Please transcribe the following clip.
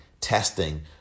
testing